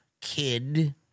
kid